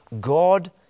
God